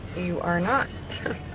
you are not.